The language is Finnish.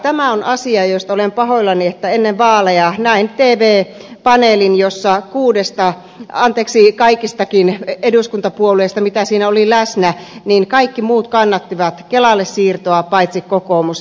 tämä on asia josta olen pahoillani että ennen vaaleja näin tv paneelin jossa kaikista eduskuntapuolueista mitä siinä oli läsnä kaikki muut kannattivat kelalle siirtoa paitsi kokoomus